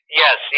yes